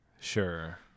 Sure